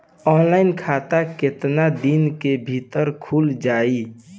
Offline खाता केतना दिन के भीतर खुल जाई?